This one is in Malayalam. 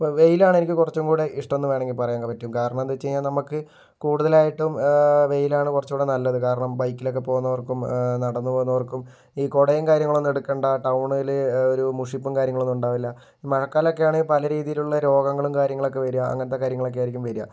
ഇപ്പോൾ വെയിലാണ് എനിക്ക് കുറച്ചും കൂടെ ഇഷ്ടം എന്ന് വേണമെങ്കിൽ പറയാൻ പറ്റും കാരണം എന്താന്ന് വെച്ച് കഴിഞ്ഞാൽ നമുക്ക് കൂടുതലായിട്ടും വെയിലാണ് കുറച്ചുകൂടെ നല്ലത് കാരണം ബൈക്കിലൊക്കെ പോവുന്നവർക്കും നടന്നുപോവുന്നവർക്കും ഈ കുടയും കാര്യങ്ങളൊന്നും എടുക്കണ്ട ടൗണിൽ ഒരു മുഷിപ്പും കാര്യങ്ങളും ഒന്നും ഉണ്ടാവില്ല മഴക്കാലം ഒക്കെയാണേൽ പലരീതിയിലുള്ള രോഗങ്ങളും കാര്യങ്ങളൊക്കെ വരുക അങ്ങനത്തെ കാര്യങ്ങളൊക്കെ ആയിരിക്കും വരിക